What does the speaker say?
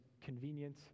convenient